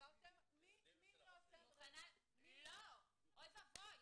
שדיברתם מי ------ לא, אוי ואבוי,